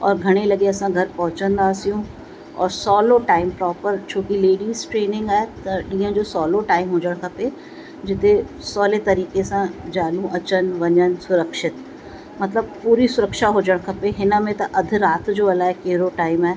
औरि घणे लॻे असां घर पहुंचदासीं औरि सहुलो टाइम प्रोपर छोकी लेडीज़ ट्रेनिंग आहे त ॾींहं जो सहुलो टाइम हुजणु खपे जिते सहुले तरीक़े सां ज़ालूं अचनि वञनि सुरक्षित मतिलबु पूरी सुरक्षा हुजणु खपे हिन में त अध राति जो अलाए कहिड़ो टाइम आहे